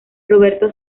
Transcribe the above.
roberto